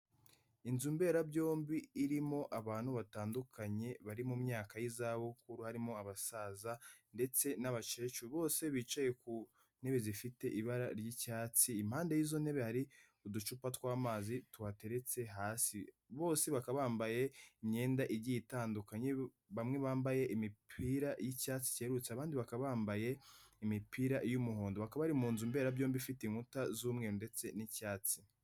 Inzu mberabyombi irimo abantu batandukanye bari mu myaka y'izabukuru, harimo abasaza ndetse n'abakecuru. Bose bicaye ku ntebe zifite ibara ry'icyatsi, impande y'izo ntebe hari uducupa tw'amazi tuhateretse hasi. Bose bakaba bambaye imyenda igiye itandukanye, bamwe bambaye imipira y'icyatsi cyerurutse, abandi bakaba bambaye imipira y'umuhondo. Bakaba bari mu nzu mberabyombi ifite inkuta z'umweru ndetse n'icyatsi.